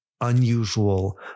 unusual